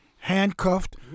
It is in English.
handcuffed